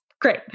Great